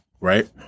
Right